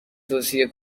توصیه